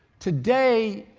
today,